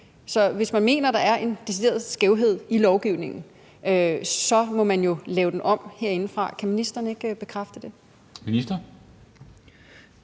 så hvis man mener, at der er en decideret skævhed i lovgivningen, så må man lave den om herindefra. Kan ministeren ikke bekræfte det? Kl.